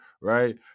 right